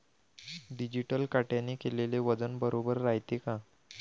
Digital काट्याने केलेल वजन बरोबर रायते का?